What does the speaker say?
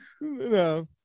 No